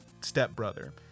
stepbrother